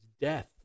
death